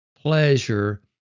pleasure